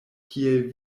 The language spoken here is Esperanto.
kiel